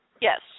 Yes